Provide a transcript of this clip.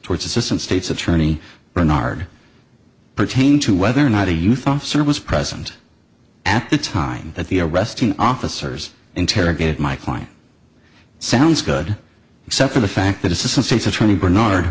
towards assistant state's attorney bernard pertain to whether or not a youth officer was present at the time that the arresting officers interrogated my client sounds good except for the fact that isn't state's attorney bernard